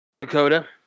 Dakota